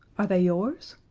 are they yours?